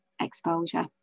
exposure